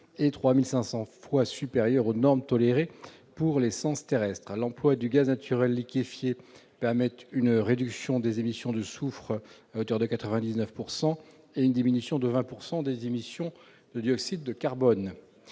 est 3 500 fois supérieure aux normes tolérées pour l'essence terrestre. L'emploi du gaz naturel liquéfié, le GNL, permet une réduction des émissions de soufre à hauteur de 99 % et une diminution de 20 % des émissions de dioxyde de carbone.